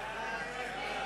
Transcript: הדיון הסתיים.